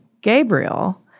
Gabriel